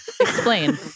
explain